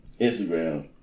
Instagram